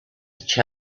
each